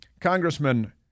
Congressman